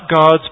God's